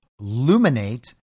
Luminate